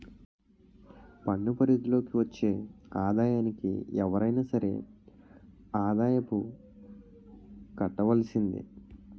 పన్ను పరిధి లోకి వచ్చే ఆదాయానికి ఎవరైనా సరే ఆదాయపు కట్టవలసిందే